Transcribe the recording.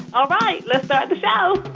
all right, let's start the show